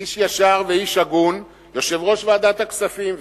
איש ישר ואיש הגון, יושב-ראש ועדת הכספים.